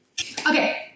Okay